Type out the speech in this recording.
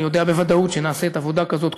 אני יודע בוודאות שנעשית עבודה כזאת,